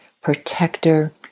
protector